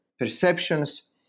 perceptions